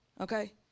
okay